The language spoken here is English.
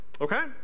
okay